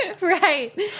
Right